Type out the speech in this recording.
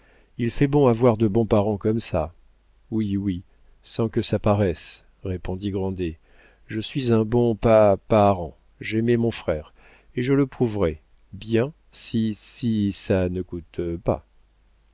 il fait bon avoir de bons parents comme ça oui oui sans que ça paraisse répondit grandet je suis un bon pa parent j'aimais mon frère et je le prouverai bien si si ça ne ne coûte pas